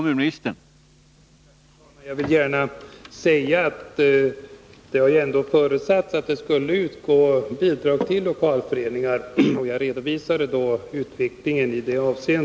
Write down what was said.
Herr talman! Det har ändå förutsatts att bidrag skulle utgå till lokalföreningarna, varför jag redovisade utvecklingen på det området.